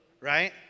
right